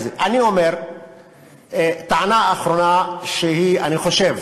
אני אומר טענה אחרונה שאני חושב